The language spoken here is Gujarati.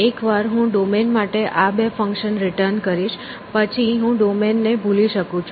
એકવાર હું ડોમેન માટે આ બે ફંક્શન રિટર્ન કરીશ પછી હું ડોમેન ને ભૂલી શકું છું